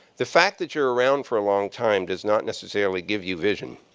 the fact that you're around for a long time does not necessarily give you vision.